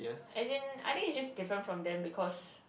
I think I think it's just different from them because